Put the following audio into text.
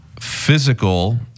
physical